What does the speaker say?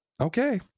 Okay